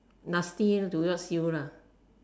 nasty towards you lah